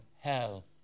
hell